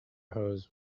hose